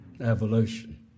Evolution